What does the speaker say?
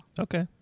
Okay